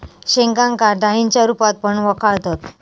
शेंगांका डाळींच्या रूपात पण वळाखतत